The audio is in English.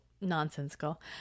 nonsensical